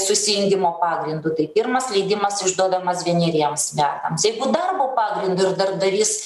susijungimo pagrindu tai pirmas leidimas išduodamas vieneriems metams jeigu darbo pagrindu ir darbdavys